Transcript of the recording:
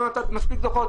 לא נתת מספיק דוחות?